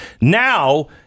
Now